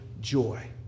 joy